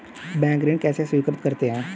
Bank ऋण कैसे स्वीकृत करते हैं?